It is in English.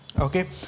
Okay